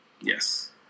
Yes